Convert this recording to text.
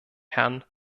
herrn